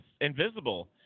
invisible